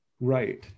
Right